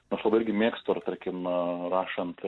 nu aš labai irgi mėgstu ar tarkim rašant